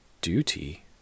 Duty